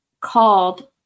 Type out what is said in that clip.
called